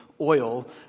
oil